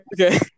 okay